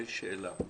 לי יש שאלה.